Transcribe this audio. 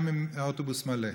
גם אם האוטובוס מלא.